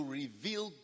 reveal